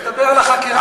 אתה מדבר על החקירה נגדו?